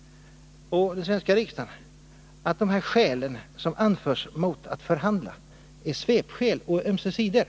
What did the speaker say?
— och den svenska riksdagen — har menat att dessa skäl som anförs mot att förhandla är svepskäl på ömse sidor.